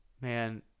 Man